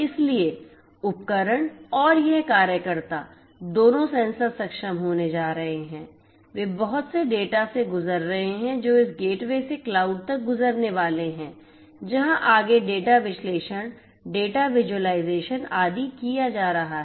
इसलिए उपकरण और यह कार्यकर्ता दोनों सेंसर सक्षम होने जा रहे हैं वे बहुत से डेटा से गुजर रहे हैं जो इस गेटवे से क्लाउड तक गुजरने वाले हैं जहां आगे डेटा विश्लेषण डेटा विज़ुअलाइज़ेशन आदि किए जा रहे हैं